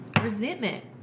resentment